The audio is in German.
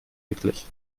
wirklich